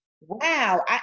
Wow